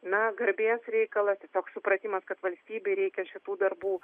na garbės reikalas tiesiog supratimas kad valstybei reikia šitų darbų